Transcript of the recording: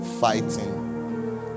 fighting